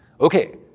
Okay